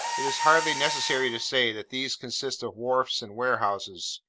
it is hardly necessary to say, that these consist of wharfs and warehouses,